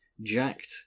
Jacked